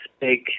big